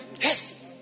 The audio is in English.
Yes